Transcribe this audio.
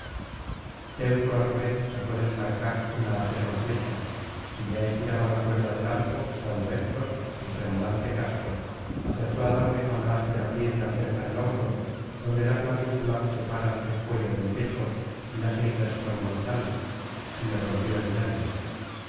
á su vez sacó del carcaj una acerba flecha y ya estiraba la cuerda del arco cuando héctor de tremolante casco acertó á darle con la áspera piedra cerca del hombro donde la clavícula separa el cuello del pecho y las heridas son mortales y le rompió el nervio